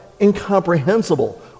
incomprehensible